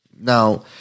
Now